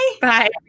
Bye